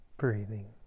breathing